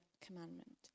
commandment